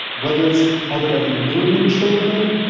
whether it's out of every million children,